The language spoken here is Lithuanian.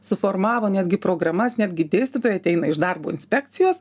suformavo netgi programas netgi dėstytojai ateina iš darbo inspekcijos